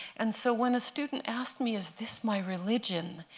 and so when a student asked me, is this my religion,